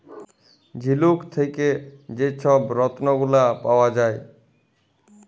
ঝিলুক থ্যাকে যে ছব রত্ল গুলা পাউয়া যায়